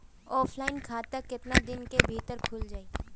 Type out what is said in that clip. Offline खाता केतना दिन के भीतर खुल जाई?